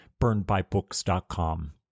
BurnedByBooks.com